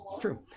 true